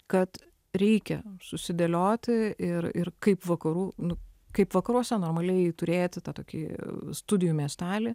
kad reikia susidėlioti ir ir kaip vakarų nu kaip vakaruose normaliai turėti tą tokį studijų miestelį